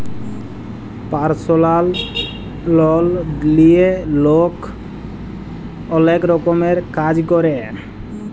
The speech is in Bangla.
পারসলাল লল লিঁয়ে লক অলেক রকমের কাজ ক্যরে